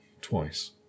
Twice